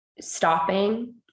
stopping